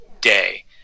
day